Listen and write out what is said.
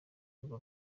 urwo